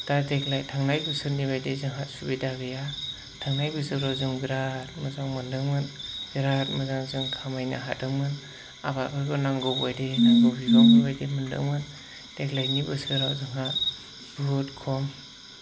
दा देग्लाय थांनाय बोसोरनि बायदि जोंहा सुबिदा गैया थांनाय बोसोरफ्राव जों बिराद मोजां मोन्दोंमोन बिराद मोजां जों खामायनो हादोंमोन आबादफोरखौ नांगौफोरबायदि नांगौ बिबांफोर बायदि मोन्दोंमोन देग्लायनि बोसोराव जोंहा बहुद खम